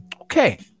Okay